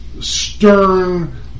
stern